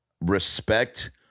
respect